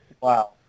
Wow